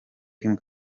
kim